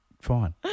fine